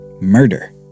murder